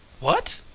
what?